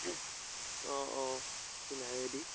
অঁ অঁ কিনাৰেদি